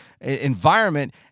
environment